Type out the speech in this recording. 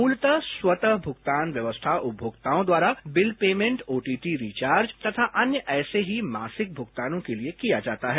मूलतरू स्वतरू भुगतान व्यवस्था उपमोक्ताओं द्वारा बिल पेमेंट ओटीटी रिचार्ज तथा अन्य ऐसे ही मासिक भुगतानों के लिए किया जाता है